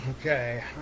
Okay